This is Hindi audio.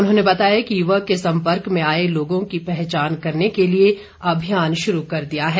उन्होंने बताया कि युवक के सम्पर्क में आए लोगों की पहचान करने के लिए अभियान शुरू कर दिया है